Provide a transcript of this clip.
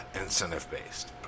incentive-based